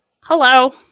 hello